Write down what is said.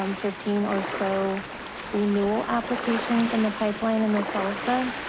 um fifteen or so renewal applications in the pipeline and the salta.